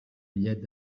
bitllet